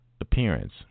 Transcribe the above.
appearance